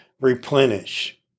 replenish